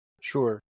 sure